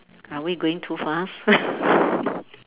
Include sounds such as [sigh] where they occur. are we going too fast [laughs]